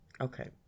Okay